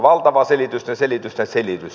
valtava selitysten selitysten selitys